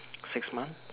six months